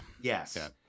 yes